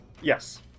Yes